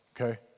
Okay